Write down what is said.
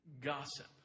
gossip